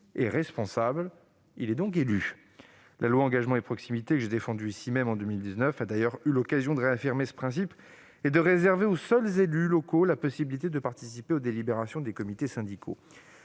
est responsable. Il est donc élu. La loi Engagement et proximité, que j'ai défendue ici même en 2019, a d'ailleurs eu l'occasion de réaffirmer ce principe, en réservant par exemple aux seuls élus la possibilité de participer aux délibérations des comités syndicaux.